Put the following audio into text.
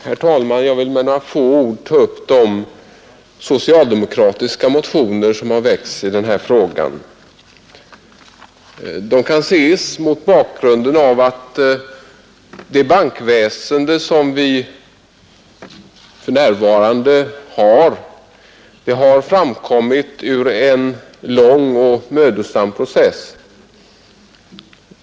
Herr talman! Jag vill med några få ord ta upp de socialdemokratiska motioner som har väckts i denna fråga. Motionerna kan ses mot bakgrunden av att det nuvarande bankväsendet har framkommit ur en lång och mödosam process.